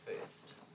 first